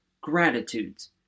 gratitudes